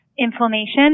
inflammation